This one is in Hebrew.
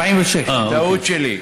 46. טעות שלי.